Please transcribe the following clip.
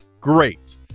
Great